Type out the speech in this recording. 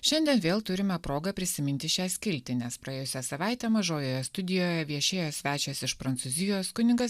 šiandien vėl turime progą prisiminti šią skiltį nes praėjusią savaitę mažojoje studijoje viešėjęs svečias iš prancūzijos kunigas